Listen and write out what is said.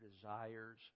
desires